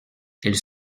elles